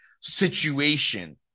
situation